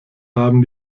haben